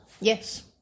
Yes